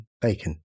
bacon